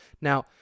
Now